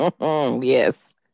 yes